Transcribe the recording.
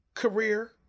career